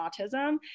autism